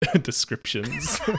descriptions